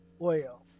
oil